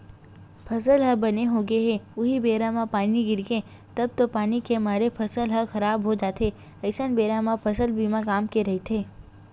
फसल ह बने होगे हे उहीं बेरा म पानी गिरगे तब तो पानी के मारे फसल ह खराब हो जाथे अइसन बेरा म फसल बीमा काम के रहिथे